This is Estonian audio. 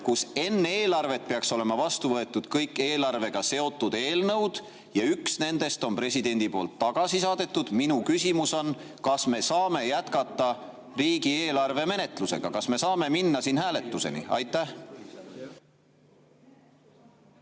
kus enne eelarvet peaks olema vastu võetud kõik eelarvega seotud eelnõud ja üks nendest on presidendi poolt tagasi saadetud. Minu küsimus on, kas me saame jätkata riigieelarve menetlust, kas me saame minna siin hääletuseni välja.